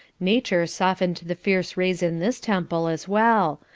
nature softened the fierce rays in this temple as well,